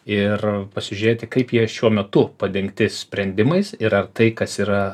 ir pasižiūrėti kaip jie šiuo metu padengti sprendimais ir ar tai kas yra